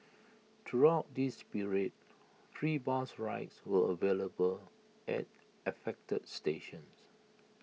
throughout this period free bus rides were available at affected stations